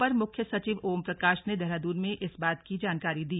अपर मुख्य सचिव ओम प्रकाश ने देहरादून में इस बात की जानकारी दी